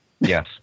yes